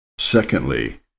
secondly